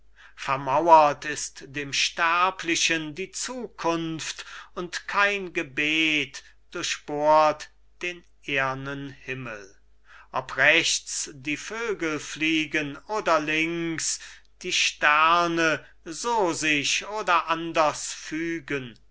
vermauert ist dem sterblichen die zukunft und kein gebet durchbohrt den ehrnen himmel ob rechts die vögel fliegen oder links die sterns so sich oder anders